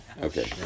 Okay